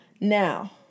Now